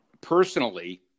Personally